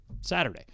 Saturday